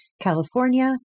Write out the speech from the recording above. California